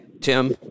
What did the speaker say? Tim